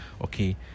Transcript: Okay